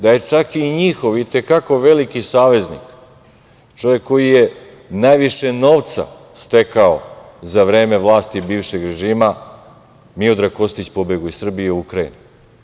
Da je čak i njihov i te kako veliki saveznik, čovek koji je najviše novca stekao za vreme vlasti bivšeg režima Miodrag Kostić pobegao iz Srbije u Ukrajinu.